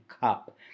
cup